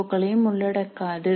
ஓ களையும் உள்ளடக்காது